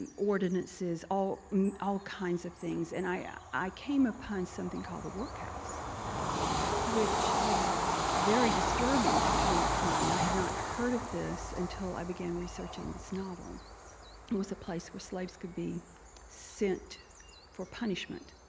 ordinances, all all kinds of things, and i ah i came upon something called the work house which was very disturbing to come upon. i had not heard of this until i began researching this novel. it was a place where slaves could be sent for punishment.